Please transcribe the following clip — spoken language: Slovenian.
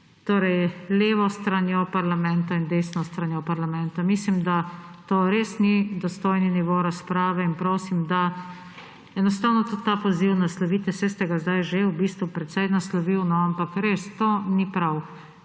torej levo stranjo parlamenta in desno stranjo parlamenta. Mislim, da to res ni dostojni nivo razprave. In prosim, da enostavno tudi ta poziv naslovite. Saj ste ga zdaj že v bistvu precej naslovili, no, ampak res to ni prav.